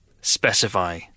specify